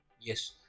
Yes